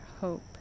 hope